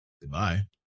goodbye